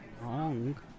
wrong